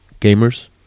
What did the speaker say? gamers